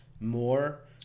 more